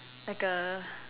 like A